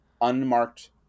unmarked